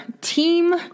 team